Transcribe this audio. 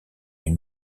une